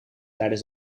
tijdens